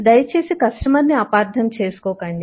దయచేసి కస్టమర్ ని అపార్థం చేసుకోకండి